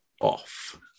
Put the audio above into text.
off